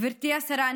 גברתי השרה,